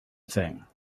thing